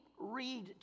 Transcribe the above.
Read